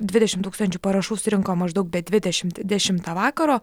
dvidešimt tūkstančių parašų surinko maždaug be dvidešimt dešimtą vakaro